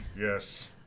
Yes